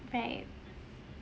right